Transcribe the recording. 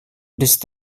these